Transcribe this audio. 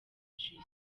justin